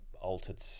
altered